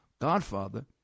Godfather